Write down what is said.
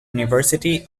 university